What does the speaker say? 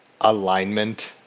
alignment